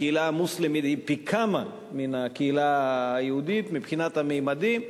הקהילה המוסלמית גדולה פי כמה מן הקהילה היהודית מבחינת הממדים,